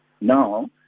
Now